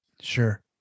Sure